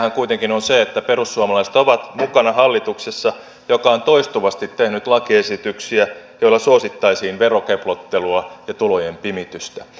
tosiasiahan kuitenkin on se että perussuomalaiset ovat mukana hallituksessa joka on toistuvasti tehnyt lakiesityksiä joilla suosittaisiin verokeplottelua ja tulojen pimitystä